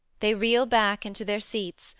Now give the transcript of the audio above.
they reel back into their seats,